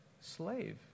slave